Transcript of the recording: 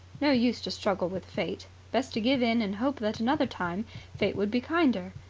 no use to struggle with fate. best to give in and hope that another time fate would be kinder.